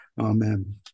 Amen